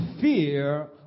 fear